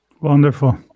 Wonderful